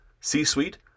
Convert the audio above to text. C-suite